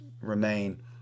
remain